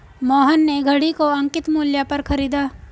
मोहन ने घड़ी को अंकित मूल्य पर खरीदा